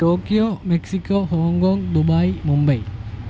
Tokyo Mexico Hong Kong Dubai Mumbai